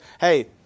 Hey